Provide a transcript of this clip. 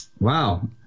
wow